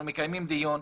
אנחנו מקיימים דיון.